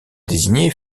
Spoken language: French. désignés